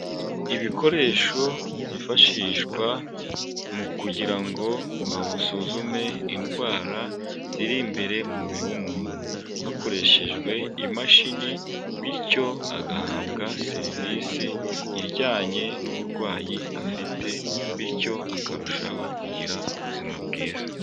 Ibikoresho byifashishwa mu kugira ngo basuzume indwara ziri imbere mu mubiri w'umuntu, hakoreshejwe imashini bityo agahabwa serivisi ijyanye n'uburwayi afite, bityo akarushaho kugira ubuzima bwiza.